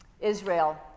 Israel